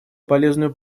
полезную